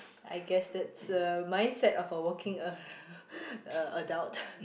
I guess that's a mindset of a working uh a adult